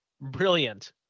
brilliant